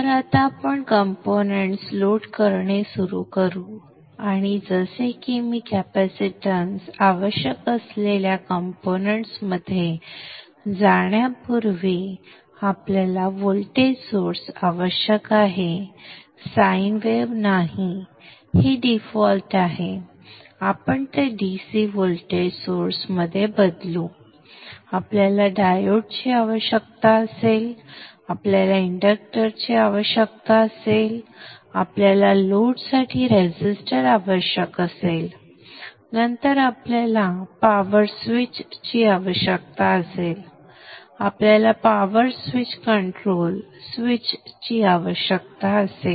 तर आता आपण कंपोनेंट्स लोड करणे सुरू करू आणि जसे की मी कॅपेसिटन्स आवश्यक असलेल्या कंपोनेंट्स मध्ये जाण्यापूर्वी आपल्याला व्होल्टेज सोर्स आवश्यक आहे साइन वेव्ह नाही हे डीफॉल्ट आहेत आपण ते DC व्होल्टेज सोर्स मध्ये बदलू आपल्याला डायोडची आवश्यकता असेल आपल्याला इंडक्टरची आवश्यकता असेल आपल्याला लोडसाठी रेसिस्टर आवश्यक असेल नंतर आपल्याला पॉवर स्विच ची आवश्यकता असेल आपल्याला पॉवर स्विच कंट्रोल स्विच ची आवश्यकता असेल